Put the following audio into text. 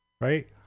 Right